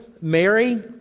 Mary